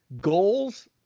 goals